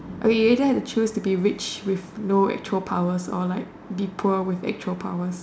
okay you either have to choose to be rich with no actual powers or be poor with actual powers